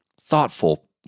thoughtful